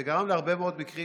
זה גרם להרבה מאוד מקרים,